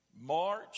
March